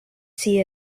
see